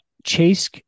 Chase